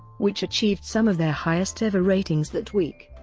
which achieved some of their highest-ever ratings that week.